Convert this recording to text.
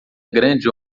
grande